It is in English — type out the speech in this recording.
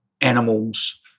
animals